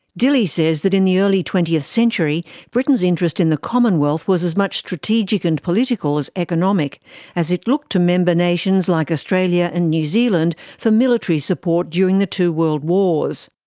dilley says that in the early twentieth century britain's interest in the commonwealth was as much strategic and political as economic as it looked to member nations like australia and new zealand for military support during the two world wars.